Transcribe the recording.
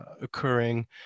occurring